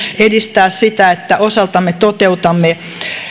edistää sitä että osaltamme toteutamme